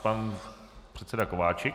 Pan předseda Kováčik.